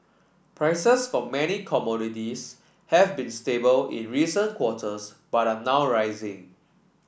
prices for many commodities have been stable in recent quarters but are now rising